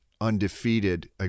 undefeated